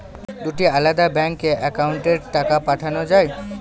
দুটি আলাদা ব্যাংকে অ্যাকাউন্টের টাকা পাঠানো য়ায়?